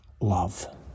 love